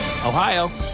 Ohio